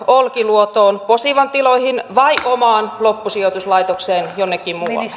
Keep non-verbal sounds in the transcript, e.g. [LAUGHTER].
olkiluotoon posivan tiloihin vai omaan loppusijoituslaitokseen jonnekin muualle [UNINTELLIGIBLE]